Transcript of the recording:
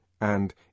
And